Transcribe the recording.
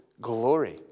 glory